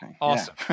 Awesome